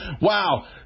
wow